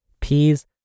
peas